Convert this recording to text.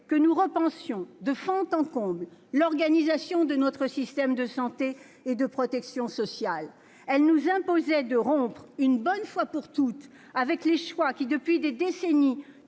que nous repensions de fond en comble l'organisation de notre système de santé et de protection sociale. Elle appelait à rompre, une bonne fois pour toutes, avec les choix qui, depuis des décennies,